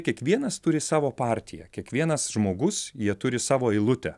kiekvienas turi savo partiją kiekvienas žmogus jie turi savo eilutę